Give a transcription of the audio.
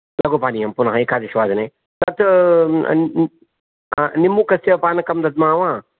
लघुपानीयं पुनः एकादशवादने तत् निम्बुकस्य पानकं दद्मः वा